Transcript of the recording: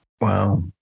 Wow